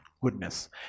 goodness